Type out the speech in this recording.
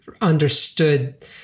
understood